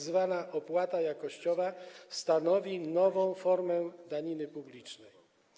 Tzw. opłata jakościowa stanowi nową formę daniny publicznej.